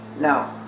no